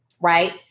Right